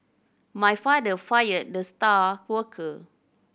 my father fired the star worker